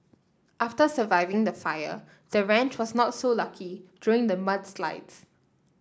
after surviving the fire the ranch was not so lucky during the mudslides